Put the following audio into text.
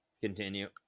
continue